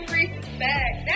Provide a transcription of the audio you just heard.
respect